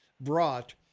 brought